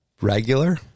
Regular